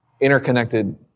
interconnected